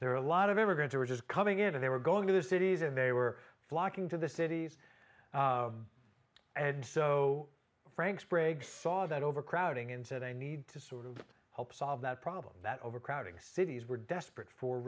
there are a lot of it we're going to we're just coming in today we're going to the cities and they were flocking to the cities and so frank sprague saw that overcrowding and said i need to sort of help solve that problem that overcrowding cities were desperate for